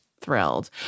thrilled